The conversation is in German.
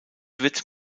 wird